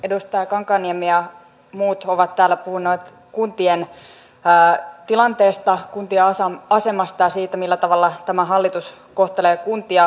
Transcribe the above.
edustaja kankaanniemi ja muut ovat täällä puhuneet kuntien tilanteesta kuntien asemasta ja siitä millä tavalla tämä hallitus kohtelee kuntia